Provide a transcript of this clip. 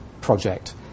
Project